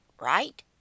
right